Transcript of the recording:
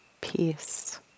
peace